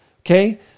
Okay